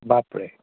বাপৰে